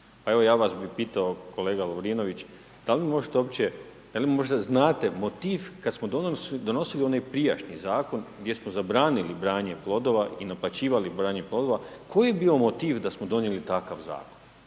Pa evo bi vas pitao kolega Lovrinović da li možete uopće, da li možda znate motiv kad smo donosili onaj prijašnji zakon, gdje smo zabranili branje plodova i naplaćivali branje plodova koji je bio motiv da smo donijeli takav zakon,